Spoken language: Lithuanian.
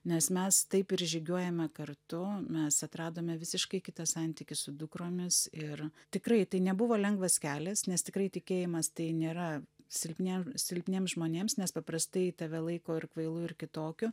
nes mes taip ir žygiuojame kartu mes atradome visiškai kitą santykį su dukromis ir tikrai tai nebuvo lengvas kelias nes tikrai tikėjimas tai nėra silpniem silpniem žmonėms nes paprastai tave laiko ir kvailu ir kitokiu